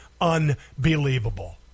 unbelievable